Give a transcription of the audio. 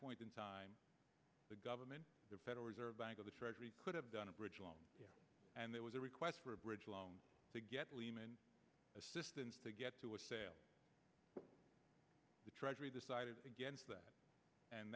point in time the government the federal reserve bank of the treasury could have done a bridge loan and there was a request for a bridge loan to get lehman assistance to get to a sale the treasury decided against that and